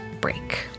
break